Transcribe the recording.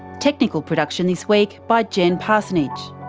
technical production this week by jen parsonage,